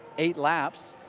eight laps,